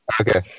okay